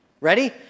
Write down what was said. Ready